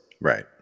Right